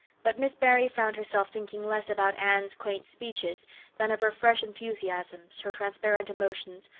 but miss barry found herself thinking less about anne's quaint speeches than of her fresh enthusiasms, her transparent emotions,